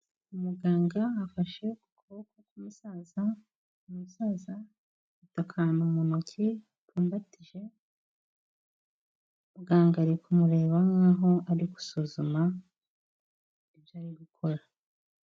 Umuganga afashe ukuboko k'umusaza. Umuzaza afite akanti mu ntoki apfumbatije, muganga ari kumureba nkaho ari gusuzuma ibyo ari gukora.